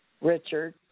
Richard